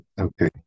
Okay